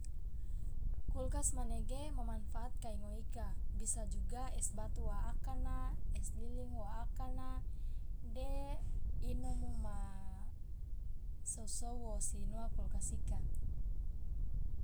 kulkas manege ma manfaat kai ngoe ika bisa juga es batu waakana es lilin waakana de inomo ma sosou wosi noa kulkas ika.